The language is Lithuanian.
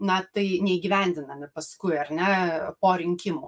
na tai neįgyvendinami paskui ar ne po rinkimų